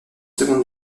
seconde